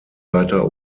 weiter